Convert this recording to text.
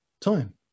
time